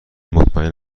مطمئن